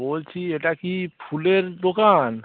বলছি এটা কি ফুলের দোকান